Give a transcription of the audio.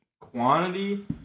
quantity